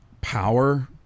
power